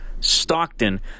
Stockton